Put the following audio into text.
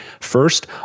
First